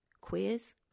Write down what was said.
queers